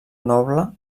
noble